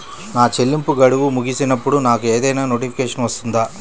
నా చెల్లింపు గడువు ముగిసినప్పుడు నాకు ఏదైనా నోటిఫికేషన్ వస్తుందా?